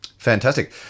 Fantastic